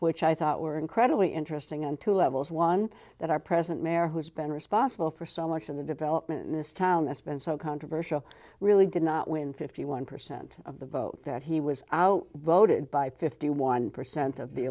which i thought were incredibly interesting on two levels one that our present mayor who's been responsible for so much of the development in this town that's been so controversial really did not win fifty one percent of the vote that he was out voted by fifty one percent of the